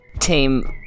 team